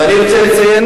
ואני רוצה לציין